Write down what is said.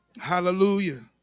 Hallelujah